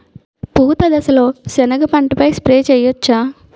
పూత దశలో సెనగ పంటపై స్ప్రే చేయచ్చా?